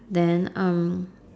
then um